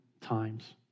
times